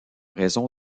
raison